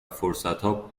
فرصتها